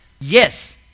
Yes